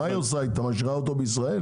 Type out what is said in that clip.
היא משאירה אותו בישראל?